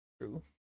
true